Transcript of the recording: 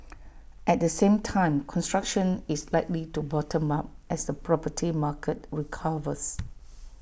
at the same time construction is likely to bottom up as the property market recovers